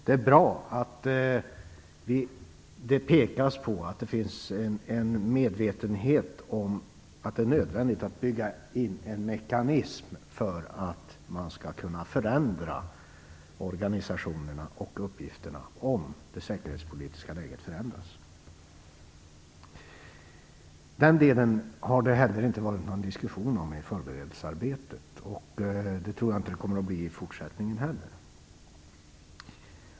Det är bra att man pekar på att det finns en medvetenhet om att det är nödvändigt att bygga in en mekanism för att man skall kunna förändra organisationerna och uppgifterna om det säkerhetspolitiska läget förändras. Den delen har det heller inte varit någon diskussion om i förberedelsearbetet, och det tror jag inte att det kommer att bli i fortsättningen heller.